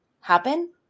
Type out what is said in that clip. happen